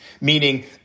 meaning